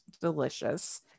delicious